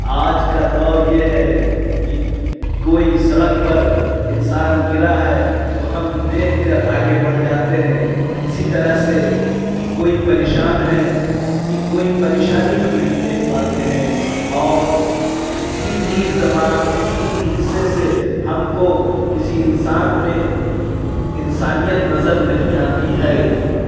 آج کا دور یہ ہے کہ کوئی سڑک پر انسان گرا ہے تو ہم دیکھ کر آگے بڑھ جاتے ہیں اسی طرح سے کوئی پریشان ہے اس کی کوئی پریشانی ہم نہیں دیکھ پاتے ہیں اور کسی بھی زما کسی بھی حصے سے ہم کو کسی انسان میں انسانیت نظر نہیں آتی ہے